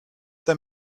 they